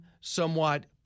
somewhat